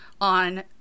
on